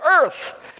earth